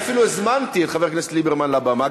אפילו הזמנתי את חבר הכנסת ליברמן לבמה,